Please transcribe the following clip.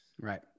right